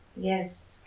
yes